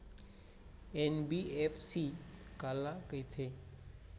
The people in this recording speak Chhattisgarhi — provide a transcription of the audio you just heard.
एन.बी.एफ.सी काला कहिथे?